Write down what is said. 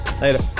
Later